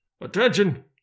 Attention